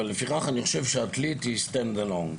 ולפיכך אני חושב שעתלית היא Stand-alone.